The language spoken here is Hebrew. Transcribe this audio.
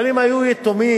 אבל אם היו יתומים,